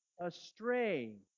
astray